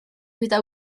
gyda